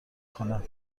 کند